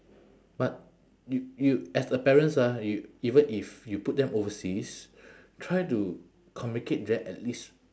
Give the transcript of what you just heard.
but you you as a parents ah you even if you put them overseas try to communicate them at least